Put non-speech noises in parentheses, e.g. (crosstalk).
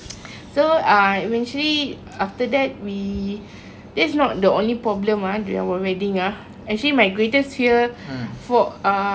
(noise) so uh eventually after that we that's not the only problem ah during our wedding ah actually my greatest fear for uh